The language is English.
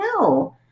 No